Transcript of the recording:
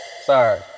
Sorry